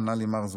ענה לי מרזוק.